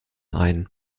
ein